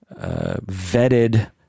vetted